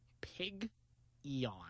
Pig-eon